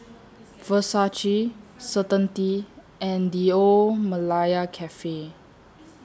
Versace Certainty and The Old Malaya Cafe